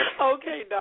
Okay